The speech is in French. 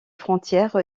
frontières